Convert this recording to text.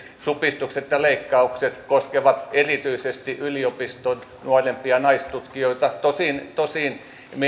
supistukset ja leikkaukset koskevat erityisesti yliopiston nuorempia naistutkijoita tosin tosin